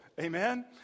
Amen